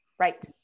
Right